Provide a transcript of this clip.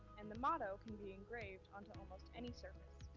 and the motto can be engraved onto almost any surface.